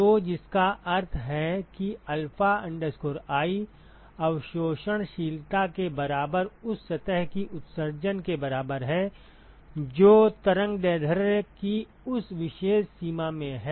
तो जिसका अर्थ है कि अल्फा आई अवशोषणशीलता के बराबर उस सतह की उत्सर्जन के बराबर है जो तरंग दैर्ध्य की उस विशेष सीमा में है